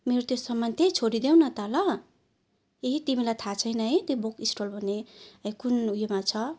मेरो त्यो समान त्यहीँ छोडिदेउन त ल ए तिमीलाई थाह छैन है त्यो बुक स्टल भन्ने ए कुन उयोमा छ